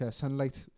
sunlight